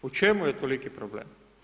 U čemu je toliki problem?